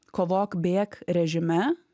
kovok bėk režime